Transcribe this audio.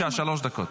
בבקשה, שלוש דקות.